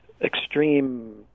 extreme